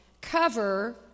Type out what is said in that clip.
cover